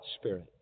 spirit